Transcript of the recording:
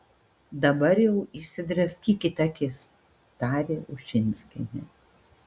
dabar jau išsidraskykit akis tarė ušinskienė